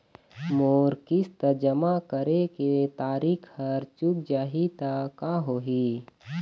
मोर किस्त जमा करे के तारीक हर चूक जाही ता का होही?